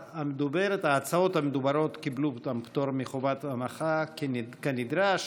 ההצעות המדוברות גם קיבלו פטור מחובת הנחה כנדרש.